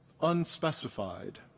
unspecified